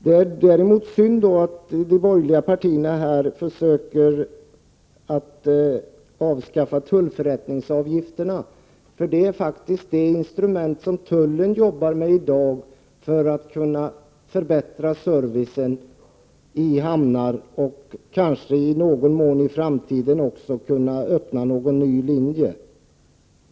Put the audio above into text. Det är synd att de borgerliga partierna försöker avskaffa tullförrättningsavgifterna, som ju faktiskt är det instrument som tullen i dag använder sig av för att kunna förbättra servicen i olika hamnar. Kanske vill man också i framtiden börja med trafik på en ny linje.